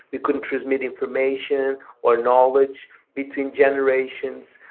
we couldn't transmit information or knowledge between generations.